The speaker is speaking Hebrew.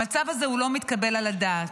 המצב הזה לא מתקבל על הדעת.